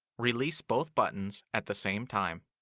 release both buttons at the same time.